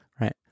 Right